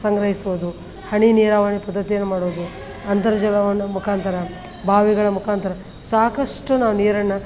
ಸಂಗ್ರಹಿಸ್ಬೋದು ಹನಿ ನೀರಾವರಿ ಪದ್ಧತಿಯನ್ನು ಮಾಡೋದು ಅಂತರ್ಜಲವನ್ನು ಮುಖಾಂತರ ಬಾವಿಗಳ ಮುಖಾಂತರ ಸಾಕಷ್ಟು ನಾವು ನೀರನ್ನು